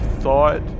thought